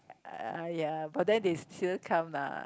ya but then they still come lah